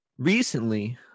Recently